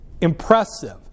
impressive